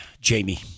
Jamie